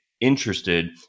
interested